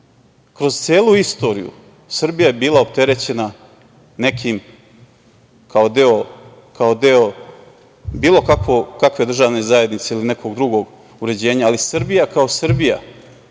Kroz celu istoriju Srbija je bila opterećena nekim kao deo bilo kakve državne zajednice ili nekog drugog uređenja, ali Srbija kao Srbija